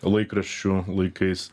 laikraščių laikais